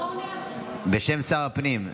בשם שר הפנים.